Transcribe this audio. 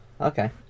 Okay